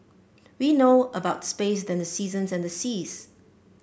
we know about space than the seasons and the seas